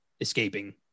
escaping